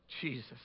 Jesus